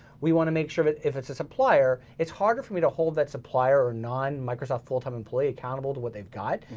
we wanna make sure that if it's a supplier, it's harder for me to hold that supplier or non-microsoft full-time employee accountable to what they've got,